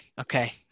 okay